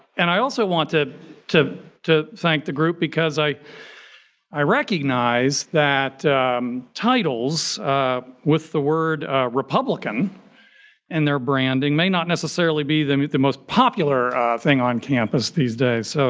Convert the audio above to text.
and i also want to to thank the group because i i recognize that titles with the word republican and their branding may not necessarily be the the most popular thing on campus these days. so